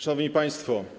Szanowni Państwo!